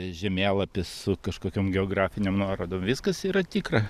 žemėlapis su kažkokiom geografinėm nuorodom viskas yra tikra